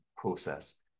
process